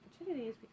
opportunities